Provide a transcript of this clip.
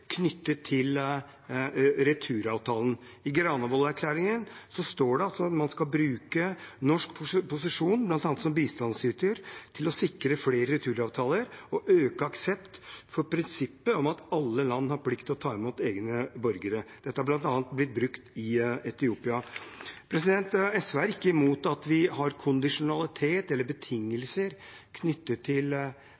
knyttet til returavtaler. I Granavolden-erklæringen står det at regjeringen vil «bruke Norges posisjon, blant annet som bistandsyter, til å sikre flere returavtaler og øke aksept for prinsippet om at alle land har plikt til å ta imot egne borgere». Dette har blitt brukt bl.a. i Etiopia. SV er ikke imot at vi har kondisjonalitet eller